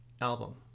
album